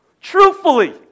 Truthfully